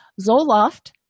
Zoloft